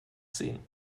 sehen